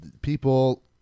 people